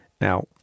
Now